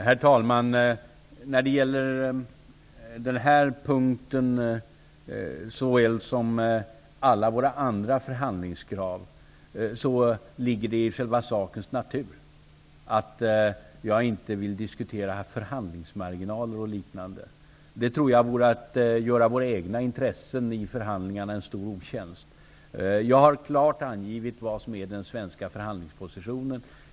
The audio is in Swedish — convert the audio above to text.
Herr talman! Såväl när det gäller den här punkten som när det gäller alla våra andra förhandlingskrav ligger det i själva sakens natur att jag inte vill diskutera förhandlingsmarginaler o.d. Det tror jag vore att göra våra egna intressen i förhandlingarna en stor otjänst. Jag har klart angivit vad som är den svenska förhandlingspositionen.